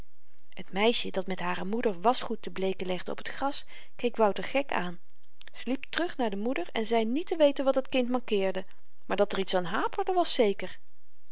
het meisje dat met hare moeder waschgoed te bleeken legde op t gras keek wouter gek aan ze liep terug naar de moeder en zei niet te weten wat dat kind mankeerde maar dat er iets aan haperde was zeker